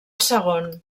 segon